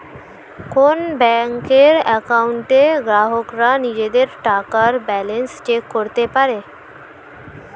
কোন ব্যাংকের অ্যাকাউন্টে গ্রাহকরা নিজেদের টাকার ব্যালান্স চেক করতে পারে